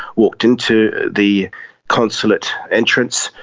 walked into the consulate entrance.